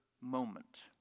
moment